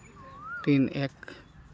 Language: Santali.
ᱛᱤᱱ ᱮᱹᱠ